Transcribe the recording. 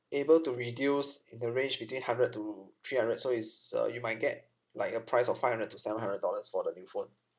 able to reduce in the range between hundred to three hundred so is uh you might get like a price of five hundred to seven hundred dollars for the new phone